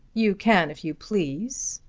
you can if you please.